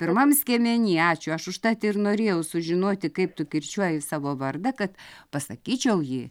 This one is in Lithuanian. pirmam skiemeny ačiū aš užtat ir norėjau sužinoti kaip tu kirčiuoji savo vardą kad pasakyčiau jį